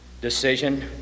decision